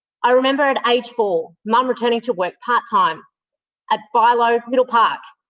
i remember at age four, mum returning to work part time at bi-lo middle park,